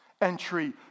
entry